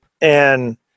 and-